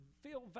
feel